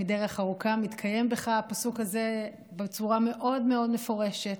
"מדרך ארוכה" מתקיים בך הפסוק הזה בצורה מאוד מאוד מפורשת,